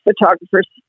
photographers